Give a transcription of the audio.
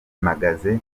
mpagaze